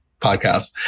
podcast